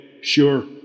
sure